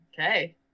okay